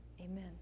amen